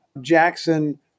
Jackson